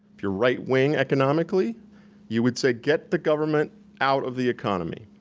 if you're right-wing economically you would say get the government out of the economy.